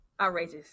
outrageous